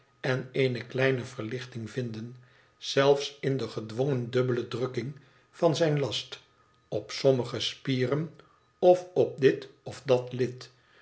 en eene kleine verlichting vinden zelfs in de gedwongen dubbele drukking van zijn last op sommige spieren of op dit of dat lid